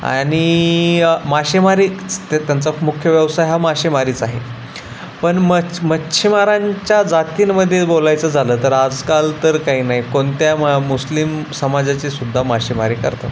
आणि मासेमारीच तर त्यांचा मुख्य व्यवसाय हा मासेमारीच आहे पण मच्छ मच्छीमारांच्या जातींमध्ये बोलायचं झालं तर आजकाल तर काही नाही कोणत्या म मुस्लिम समाजाची सुद्धा मासेमारी करतात